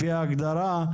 לפי ההגדרה,